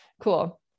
Cool